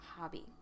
hobby